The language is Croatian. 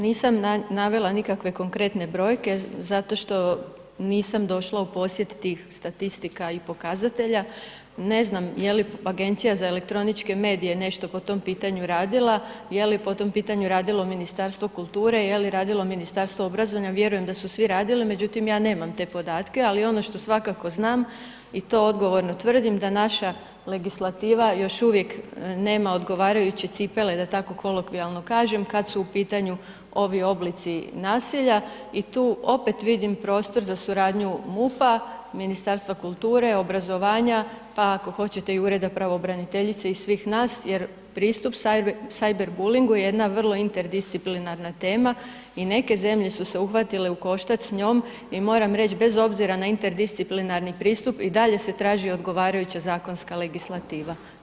Nisam navela nikakve konkretne brojke zato što nisam došla u posjet tih statistika i pokazatelja, ne znam je li Agencija za elektroničke medije nešto po tom pitanju radila, je li po tom pitanju radilo Ministarstvo kulture, je li radilo Ministarstvo obrazovanja, vjerujem da su svi radili, međutim, ja nemam te podatke, ali ono što svakako znam i to odgovorno tvrdim, da naša legislativa još uvijek nema odgovarajuće cipele, da tako kolokvijalno kažem, kad su u pitanju ovi oblici nasilja i tu opet vidim prostor za suradnju MUP-a, Ministarstva kulture, obrazovanja, pa ako hoćete i ureda pravobraniteljice i svih nas jer pristup Sajver Bulingu je jedna vrlo inter disciplinarna tema i neke zemlje su se uhvatile u koštac s njom i moram reć bez obzira na inter disciplinarni pristup i dalje se traži odgovarajuća zakonska legislativa.